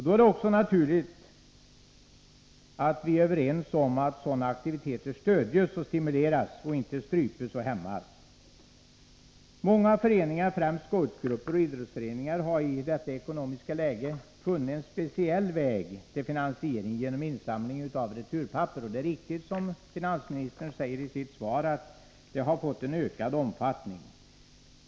Då är det också naturligt att vi är överens om att sådana aktiviteter skall stödjas och stimuleras och inte strypas och hämmas. Många föreningar, främst scoutgrupper och idrottsföreningar, har i detta ekonomiska läge funnit en speciell väg till finansiering, genom insamling av returpapper. Det är riktigt som finansministern säger i sitt svar, att detta har fått en ökad omfattning.